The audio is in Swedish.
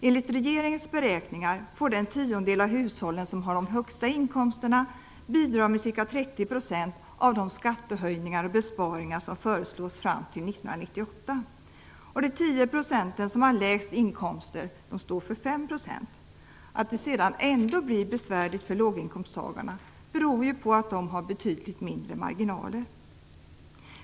Enligt regeringens beräkningar får den tiondel av hushållen som har de högsta inkomsterna bidra med ca 30 % av de skattehöjningar och besparingar som föreslås fram till 1998. De 10 % som har lägst inkomster står för 5 %. Att det ändå blir besvärligt för låginkomsttagarna beror ju på att de har betydligt mindre marginaler.